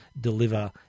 deliver